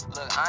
Look